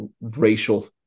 racial